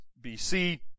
BC